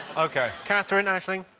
ok. katherine, aisling?